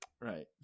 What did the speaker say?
Right